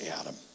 Adam